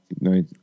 No